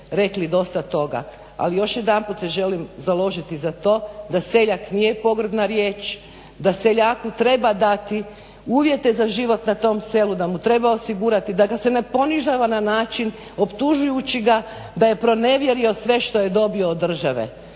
rekli dosta toga. Ali još jedanput se želim založiti za to da seljak nije pogrdna riječ, da seljaku treba dati uvjete za život na tom selu, da mu treba osigurati, da ga se ne ponižava na način optužujući ga da je pronevjerio sve što je dobio od države.